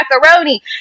macaroni